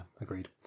agreed